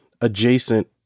adjacent